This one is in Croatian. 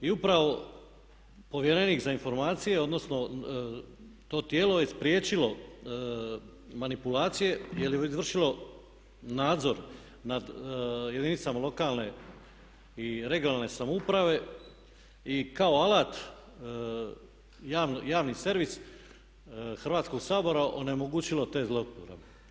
I upravo povjerenik za informacije odnosno to tijelo je spriječilo manipulacije jer je izvršilo nadzor nad jedinicama lokalne i regionalne samouprave i kao alat javni servis Hrvatskog sabora onemogućilo te zlouporabe.